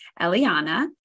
Eliana